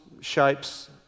shapes